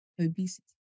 Obesity